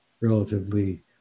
relatively